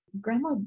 grandma